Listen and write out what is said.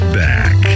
back